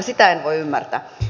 sitä en voi ymmärtää